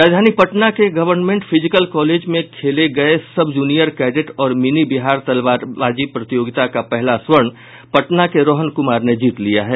राजधानी पटना के government physical college में खेले गये सब जूनियर कैंडेट और मिनी बिहार तलवारबाजी प्रतियोगिता का पहला स्वर्ण पटना के रोहन कुमार ने जीत लिया है